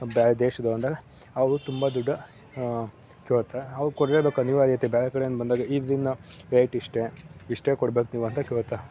ಬೇರೆ ದೇಶದವ್ರು ಅಂದಾಗ ಅವು ತುಂಬ ದುಡ್ಡು ಕೇಳುತ್ತೆ ಅವಾಗ ಕೊಡ್ಲೇಬೇಕು ಅನಿವಾರ್ಯತೆ ಬೇರೆ ಕಡೆಯಿಂದ ಬಂದವ್ರಿಗೆ ಇದು ಇನ್ನೂ ರೇಟ್ ಇಷ್ಟೇ ಇಷ್ಟೇ ಕೊಡ್ಬೇಕು ನೀವು ಅಂತ ಕೇಳುತ್ತೆ